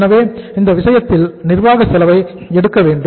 எனவே இந்த விஷயத்தில் நிர்வாக செலவை எடுக்க வேண்டும்